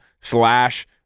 slash